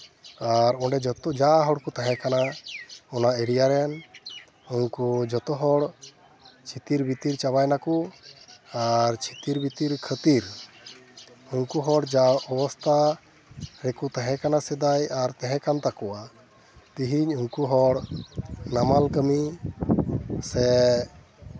ᱟᱨ ᱚᱸᱰᱮ ᱡᱚᱛᱚ ᱡᱟ ᱦᱚᱲ ᱠᱚ ᱛᱟᱦᱮᱸ ᱠᱟᱱᱟ ᱚᱱᱟ ᱮᱨᱤᱭᱟ ᱨᱮᱱ ᱩᱱᱠᱩ ᱡᱚᱛᱚ ᱦᱚᱲ ᱪᱷᱤᱛᱤᱨ ᱵᱤᱛᱤᱨ ᱪᱟᱵᱟᱭᱮᱱᱟᱠᱚ ᱟᱨ ᱪᱷᱤᱛᱤᱨ ᱵᱤᱛᱤᱨ ᱠᱷᱟᱹᱛᱤᱨ ᱩᱱᱠᱩ ᱦᱚᱲ ᱡᱟ ᱚᱵᱚᱥᱛᱷᱟ ᱨᱮᱠᱚ ᱛᱟᱦᱮᱸ ᱠᱟᱱᱟ ᱥᱮᱫᱟᱭ ᱟᱨ ᱛᱟᱦᱮᱸ ᱠᱟᱱ ᱛᱟᱠᱚᱣᱟ ᱛᱮᱦᱤᱧ ᱩᱱᱠᱩ ᱦᱚᱲ ᱱᱟᱢᱟᱞ ᱠᱟᱹᱢᱤ ᱥᱮ